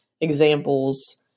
examples